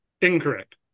incorrect